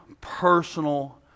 personal